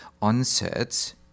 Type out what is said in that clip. onsets